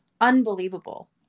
unbelievable